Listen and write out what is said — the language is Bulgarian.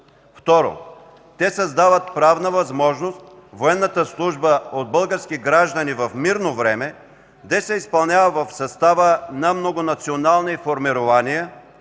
2. Те създават правна възможност военната служба от български граждани в мирно време да се изпълнява в състава на многонационални формирования,